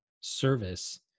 service